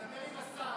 דבר עם השר,